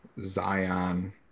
Zion